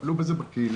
תטפלו בזה בקהילה.